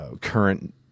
current